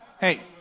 Hey